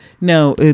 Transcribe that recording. No